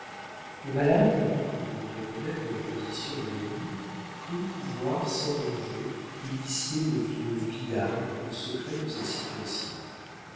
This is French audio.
le malade voulant reconnaître les positions de l'ennemi crut pouvoir sans danger initier le vieux vidame aux secrets de sa situation